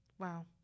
Wow